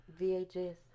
VHS